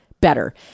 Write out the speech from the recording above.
better